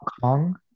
Kong